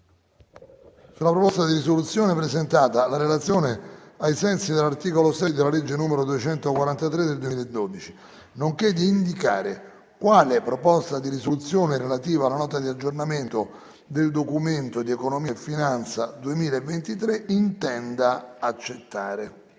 sulla proposta di risoluzione presentata alla relazione ai sensi dell'articolo 6, comma 5, della legge n. 243 del 2012, nonché di indicare quale proposta di risoluzione relativa alla Nota di aggiornamento del Documento di economia e finanza intende accettare.